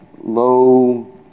low